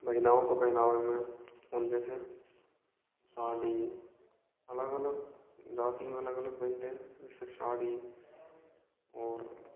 महिलाओं के पहनावे में उन जैसे साड़ी अलग अलग जाति में अलग अलग पहनते हैं जैसे साड़ी और